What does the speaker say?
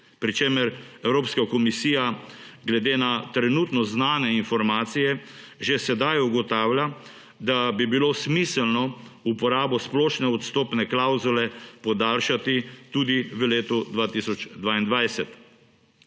Pri čemer Evropska komisija glede na trenutno znane informacije že sedaj ugotavlja, da bi bilo smiselno uporabo splošne odstopne klavzule podaljšati tudi v letu 2022.